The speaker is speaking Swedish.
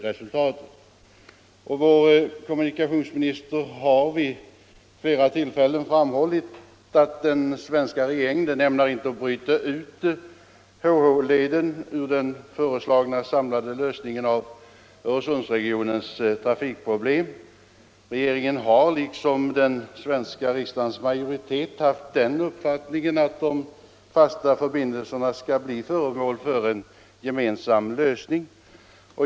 Dessutom har vår kommunikationsminister vid flera tillfällen framhållit att den svenska regeringen inte ämnar bryta ut frågan om HH-leden ur den föreslagna samlade lösningen av Öresundsregionens trafikproblem. Regeringen har, liksom en majoritet i den svenska riksdagen, haft uppfattningen att de fasta förbindelserna skall bli föremål för en gemensam lösning.